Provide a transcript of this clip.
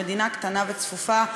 שהיא מדינה קטנה וצפופה,